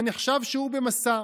זה נחשב שהוא במסע.